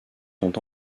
sont